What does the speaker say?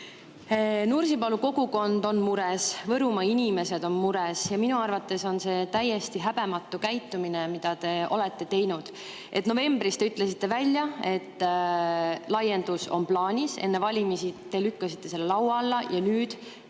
Nursipalu kogukond on mures, Võrumaa inimesed on mures. Minu arvates on see täiesti häbematu käitumine, mida te olete teinud. Novembris te ütlesite välja, et laiendus on plaanis, enne valimisi te lükkasite selle laua alla ja nüüd